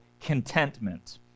contentment